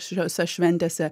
šiose šventėse